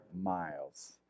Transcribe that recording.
miles